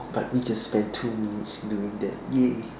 but we just spent two minutes doing that !yay!